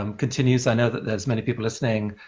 um continues, i know that there's many people listening,